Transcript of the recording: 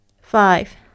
five